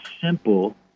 simple